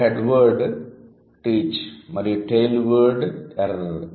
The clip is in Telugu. ఇక్కడ 'హెడ్ వర్డ్ ' 'టీచ్' మరియు 'టెయిల్ వర్డ్' 'ఎర్'